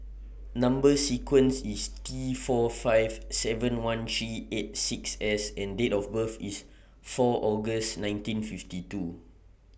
Number sequence IS T four five seven one three eight six S and Date of birth IS four August nineteen fifty two